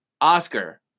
Oscar